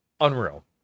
Unreal